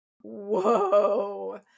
Whoa